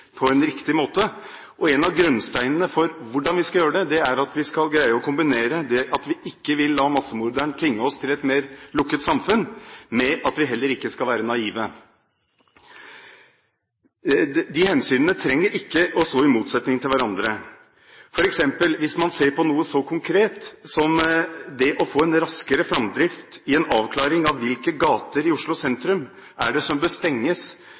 på en riktig måte. En av grunnsteinene for hvordan vi skal gjøre det, er at vi greier å kombinere det at vi ikke vil la massemorderen tvinge oss til et mer lukket samfunn, med at vi ikke skal være naive. De hensynene trenger ikke å stå i motstrid til hverandre. Hvis man f.eks. ser på noe så konkret som det å få en raskere framdrift med hensyn til avklaring av hvilke gater i Oslo sentrum som av sikkerhetshensyn bør stenges for biltrafikk, er det i dag slik – som